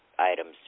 items